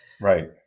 Right